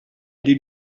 did